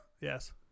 yes